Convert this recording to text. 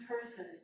person